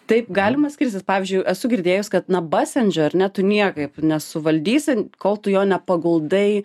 taip galima skirstyt pavyzdžiui esu girdėjus kad na basendžer ar ne tu niekaip nesuvaldysi kol tu jo nepaguldai